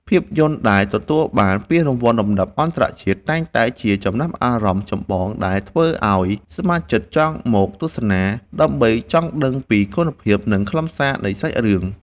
ភាពយន្តដែលទទួលបានពានរង្វាន់លំដាប់អន្តរជាតិ តែងតែជាចំណាប់អារម្មណ៍ចម្បងដែលធ្វើឱ្យសមាជិកចង់មកទស្សនា ដើម្បីចង់ដឹងពីគុណភាព និងខ្លឹមសារនៃសាច់រឿង។